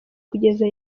kugeza